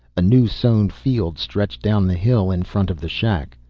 a new-sown field stretched down the hill in front of the shack.